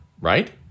right